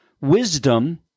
wisdom